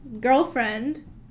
Girlfriend